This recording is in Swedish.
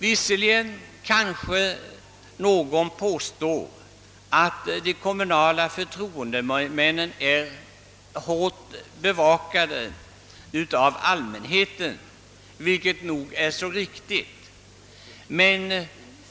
Nu kanske någon säger att de kommunala förtroendemännen är hårt bevakade av allmänheten, och det är nog så riktigt. Men